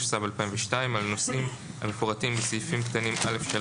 התשס"ב-2002 על הנושאים המפורטים בסעיפים קטנים (א)(3),